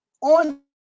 On